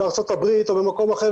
בארצות הברית או במקום אחר,